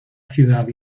ciudad